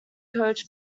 coach